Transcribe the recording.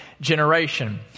generation